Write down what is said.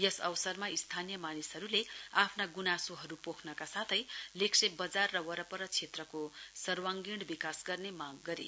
यस अवसरमा स्थानीय मानिसहरूले आफ्ना ग्नासोहरू पोख़का साथै लेग्शेप बजार र वरपर क्षेत्रको सर्वाङ्गीन विकास गर्ने माग गरे